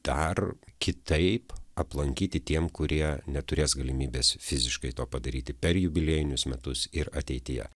dar kitaip aplankyti tiem kurie neturės galimybės fiziškai to padaryti per jubiliejinius metus ir ateityje